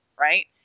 right